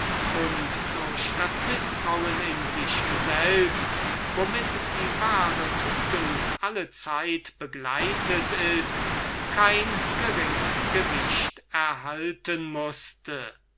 und durch das mißtrauen in sich selbst womit die wahre tugend allezeit begleitet ist kein geringes gewicht erhalten mußte